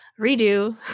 Redo